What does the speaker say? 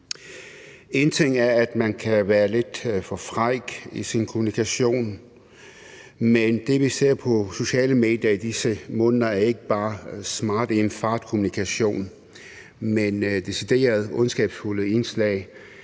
Én ting er, at man kan være lidt for fræk i sin kommunikation, men det, som vi ser på sociale medier i disse måneder, er ikke bare smart i en fart-kommunikation, men decideret ondskabsfulde indslag,